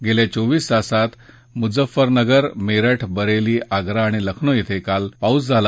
गेल्या चोवीस तासात मुझफ्फरनगर मेरठ बरेली आग्रा आणि लखनौ इं काल पाऊस झाला